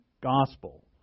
gospel